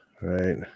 Right